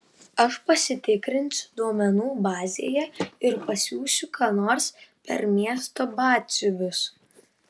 aš pasitikrinsiu duomenų bazėje ir pasiųsiu ką nors per miesto batsiuvius